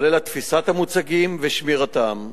כולל תפיסת המוצגים ושמירתם.